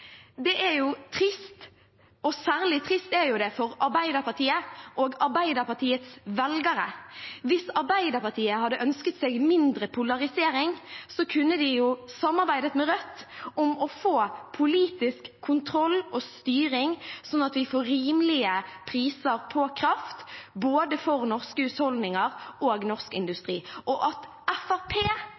er trist, og særlig trist er det jo for Arbeiderpartiet og Arbeiderpartiets velgere. Hvis Arbeiderpartiet hadde ønsket seg mindre polarisering, kunne de ha samarbeidet med Rødt om å få politisk kontroll og styring, slik at vi får rimelige priser på kraft, både for norske husholdninger og for norsk industri. Og at